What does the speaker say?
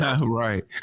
Right